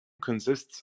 consists